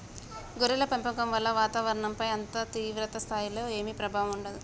గొర్రెల పెంపకం వల్ల వాతావరణంపైన అంత తీవ్ర స్థాయిలో ఏమీ ప్రభావం ఉండదు